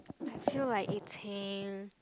I feel like eating